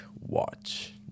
watch